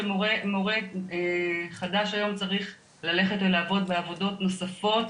שמורה חדש היום צריך ללכת לעבוד בעבודות נוספות,